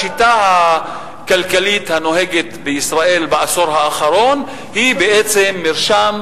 השיטה הכלכלית הנוהגת בישראל בעשור האחרון היא בעצם מרשם